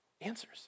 answers